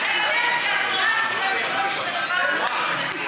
אתה יודע שהתנועה האסלאמית לא השתתפה אפילו בחיפה,